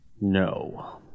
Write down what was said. No